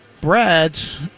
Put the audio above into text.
Brad's